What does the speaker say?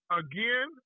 again